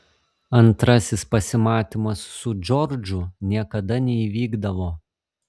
antrasis pasimatymas su džordžu niekada neįvykdavo